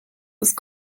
ist